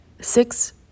six